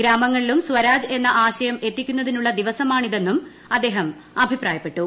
ഗ്രാമങ്ങളിലും സ്വരാജ് എന്ന ആശയം എത്തിക്കുന്നതിനുള്ള ദിവസമാണ് ഇതെന്നും അദ്ദേഹം അഭിപ്രായപ്പെട്ടു